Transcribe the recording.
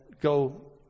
go